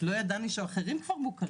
לא ידענו שאחרים כבר מוכרים,